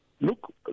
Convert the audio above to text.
Look